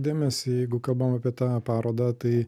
dėmesį jeigu kalbam apie tą parodą tai